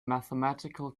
mathematical